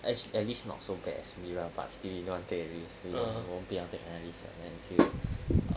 as at least not so bad as we want but still we don't want to take that risk 不要 take 那个 risk liao then 就 err